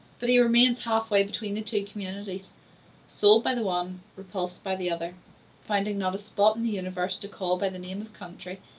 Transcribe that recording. but he remains half way between the two communities sold by the one, repulsed by the other finding not a spot in the universe to call by the name of country,